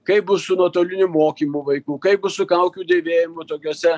kaip bus su nuotoliniu mokymu vaikų kaip bus su kaukių dėvėjimu tokiuose